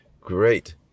Great